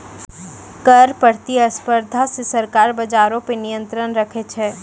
कर प्रतिस्पर्धा से सरकार बजारो पे नियंत्रण राखै छै